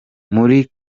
muri